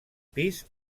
pis